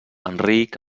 enric